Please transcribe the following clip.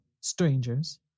strangers